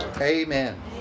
Amen